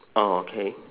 orh okay